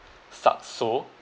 Saxo